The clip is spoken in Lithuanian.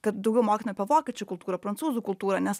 kad daugiau mokytų po vokiečių kultūrą prancūzų kultūrą nes